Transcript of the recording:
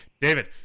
David